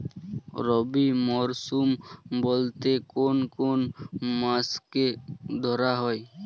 রবি মরশুম বলতে কোন কোন মাসকে ধরা হয়?